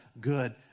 good